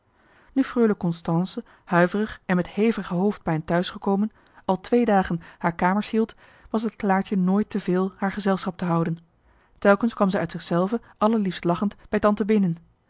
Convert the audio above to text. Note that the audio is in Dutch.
nu freule constance huiverig en met hevige hoofdpijn thuisgekomen al twee dagen haar kamers hield was het claartje nooit te veel haar gezelschap te houden telkens kwam zij uit zichzelve allerliefst lachend bij tante binnen